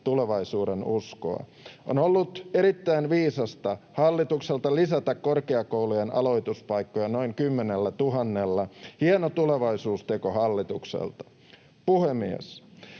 tulevaisuuden uskoa. On ollut erittäin viisasta hallitukselta lisätä korkeakoulujen aloituspaikkoja noin kymmenellätuhannella. Hieno tulevaisuusteko hallitukselta. Puhemies!